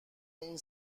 این